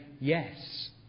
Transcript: Yes